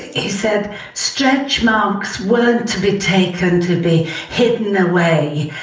he said stretch marks were to be taken, to be hidden away.